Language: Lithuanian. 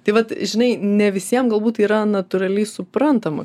tai vat žinai ne visiem galbūt tai yra natūraliai suprantama